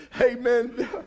Amen